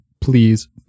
please